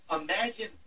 Imagine